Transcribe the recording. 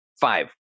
Five